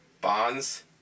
Bonds